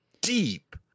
deep